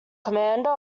commander